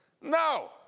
No